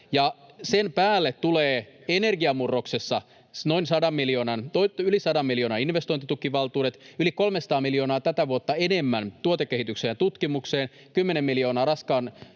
Sen päälle tulee energiamurroksessa yli 100 miljoonan investointitukivaltuudet, yli 300 miljoonaa tätä vuotta enemmän tuotekehitykseen ja tutkimukseen, 10 miljoonaa raskaan